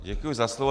Děkuji za slovo.